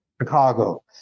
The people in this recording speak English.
Chicago